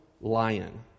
lion